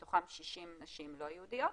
מתוכם 60 נשים לא יהודיות,